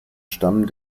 stamm